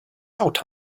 out